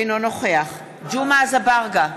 אינו נוכח ג'מעה אזברגה,